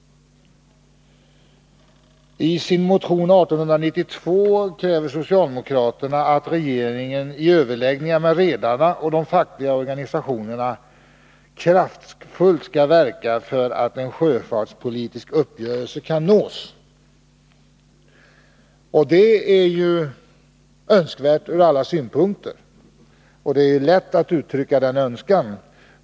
I sin motion 1892 kräver socialdemokraterna att regeringen i överläggningar med redarna och de fackliga organisationerna kraftfullt skall verka för att en sjöfartspolitisk uppgörelse kan nås. Det är ju önskvärt från alla synpunkter. Det är lätt att uttrycka denna önskan.